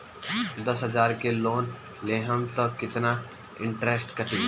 दस हजार के लोन लेहम त कितना इनट्रेस कटी?